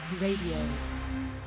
Radio